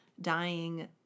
dying